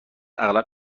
اغلب